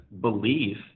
belief